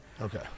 Okay